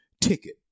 ticket